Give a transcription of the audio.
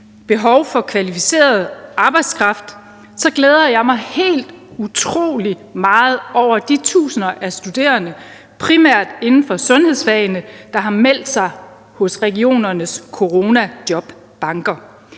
behov for kvalificeret arbejdskraft glæder jeg mig helt utrolig meget over de tusinder af studerende, primært inden for sundhedsfagene, der har meldt sig hos regionernes coronajobbanker.